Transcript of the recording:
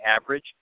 average